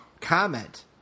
comment